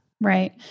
Right